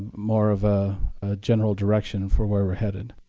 more of a general direction for where we're headed.